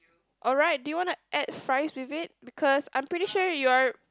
alright do you wanna add fries with it because I'm pretty sure you are